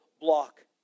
block